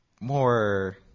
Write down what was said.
more